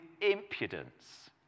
impudence